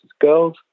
girls